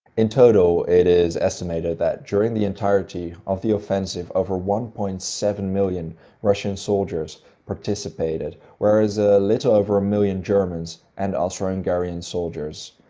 in total, it is estimated that during the entirety of the offensive over one point seven million russian soldiers participated, whereas a little over a million german and austro-hungarian soldiers